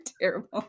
terrible